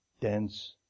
dense